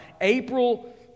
April